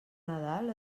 nadal